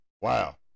Wow